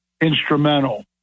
instrumental